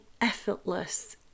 effortless